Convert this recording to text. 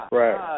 right